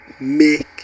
make